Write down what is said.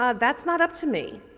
ah that's not up to me.